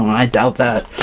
i doubt that!